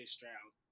Stroud